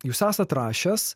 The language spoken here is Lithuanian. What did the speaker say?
jūs esat rašęs